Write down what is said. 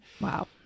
Wow